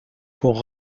pour